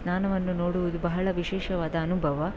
ಸ್ನಾನವನ್ನು ನೋಡುವುದು ಬಹಳ ವಿಶೇಷವಾದ ಅನುಭವ